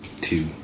Two